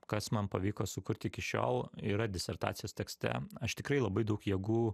kas man pavyko sukurt iki šiol yra disertacijos tekste aš tikrai labai daug jėgų